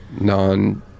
non